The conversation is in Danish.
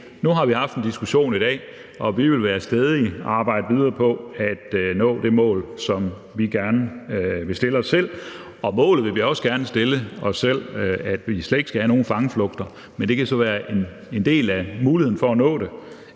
nu har vi haft en diskussion i dag, og vi vil være stædige og arbejde videre på at nå det mål, som vi gerne vil stille os selv. Og det mål, vi også gerne vil stille os selv, er, at vi slet ikke skal have nogen fangeflugter, men en del af muligheden for at nå det